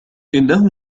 إنه